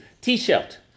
T-shirt